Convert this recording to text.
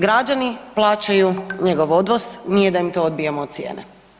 Građani plaćaju njegov odvoz, nije da im to odbijamo od cijene.